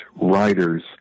writers